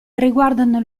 riguardano